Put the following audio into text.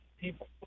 people